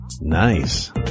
Nice